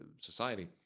society